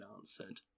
answered